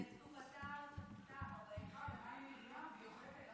נזכיר שבמקורות שלנו דבורה הנביאה הייתה מצביאה,